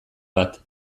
bat